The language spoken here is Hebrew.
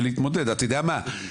להתמודד עם זה.